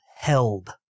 held